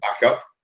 backup